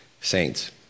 saints